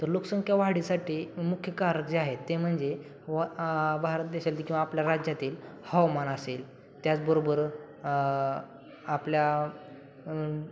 तर लोकसंख्या वाढीसाठी मुख्य कार जे आहेत ते म्हनजे व भारत देशातील किंवा आपल्या राज्यातील हवामान असेल त्याचबरोबर आपल्या